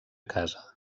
casa